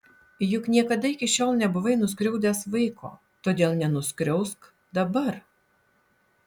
juk niekada iki šiol nebuvai nuskriaudęs vaiko todėl nenuskriausk dabar